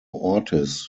ortiz